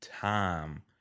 time